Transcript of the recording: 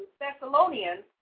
Thessalonians